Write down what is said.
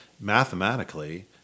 mathematically